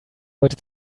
heute